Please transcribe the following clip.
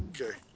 Okay